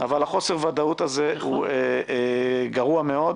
אבל חוסר הוודאות הזה הוא גרוע מאוד.